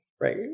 right